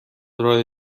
راه